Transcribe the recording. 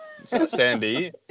Sandy